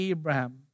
Abraham